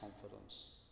confidence